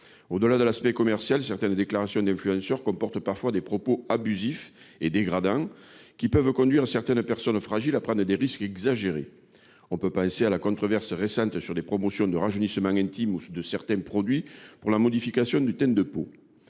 Au-delà de l'aspect commercial, certaines déclarations d'influenceurs comportent parfois des propos abusifs et dégradants, qui peuvent conduire certaines personnes fragiles à prendre des risques exagérés. On peut penser à la controverse récente sur des promotions relatives au rajeunissement intime ou à certains produits destinés à modifier le teint de la peau.